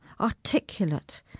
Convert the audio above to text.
articulate